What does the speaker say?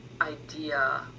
idea